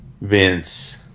Vince